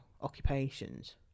occupations